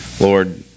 Lord